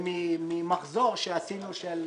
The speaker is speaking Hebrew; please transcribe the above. ממחזור שעשינו של